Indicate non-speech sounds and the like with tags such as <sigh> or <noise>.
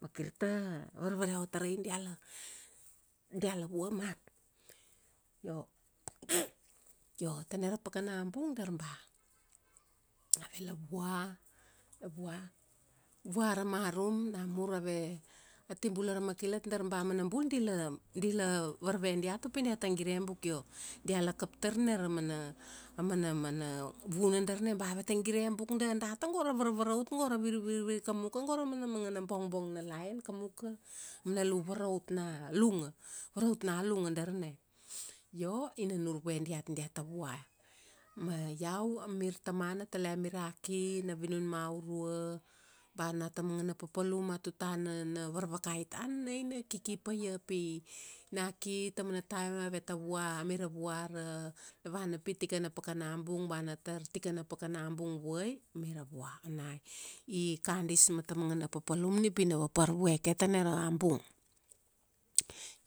Vakir ta varvareu. Tarai diala, diala vua mat. Io <noise> tana ra pakana bung dar ba, ave la vua, la vua, vua ra marum, namur ave, ati bula ra makilalat, dar ba amana bul dila, dila, varve diat upi diata gire buk io, diala kaptar na ra mana, amana, mana vuna dar na ba aveta gire buk dada tago ra varavaraut go ra virvir kamuka go ra mana mangana bong bong na lain kamuka, mana lup varaut na lunga. Varaut na lunga darna. Io, ina nurvue diat diata vua. Ma iau a mir tamana tele amira ki, na vinunmaurua, ba na ta managana papalum a tutana na varvakai tana, na ina kiki paia pi, ina ki, taumana taim aveta vua, amira vua ra, na vana pi tikana pakana bung ba na tar tikana pakana bung vuai, mira vua. Ona i kadis ma tamangana papalum ni pi na vapar vue ke tana ra bung.